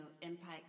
impact